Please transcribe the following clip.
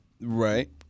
Right